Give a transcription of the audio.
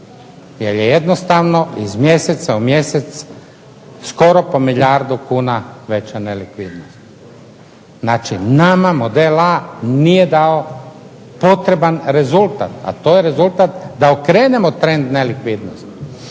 Jer je jednostavno iz mjeseca u mjesec skoro po milijardu kuna veća nelikvidnost. Znači, nama model A nije dao potreban rezultat, a to je rezultat da okrenemo trend nelikvidnosti.